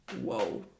Whoa